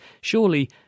Surely